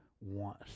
want